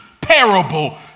parable